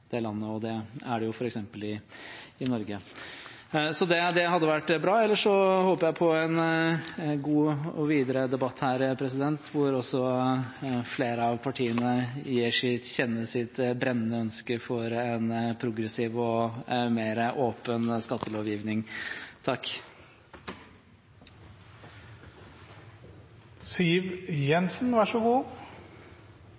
landet, og det er det jo f.eks. i Norge. Så det hadde vært bra. Ellers håper jeg på en god debatt her hvor også flere av partiene gir til kjenne sitt brennende ønske for en progressiv og mer åpen skattelovgivning.